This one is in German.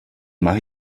mache